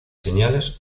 señales